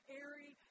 airy